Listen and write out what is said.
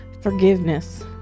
forgiveness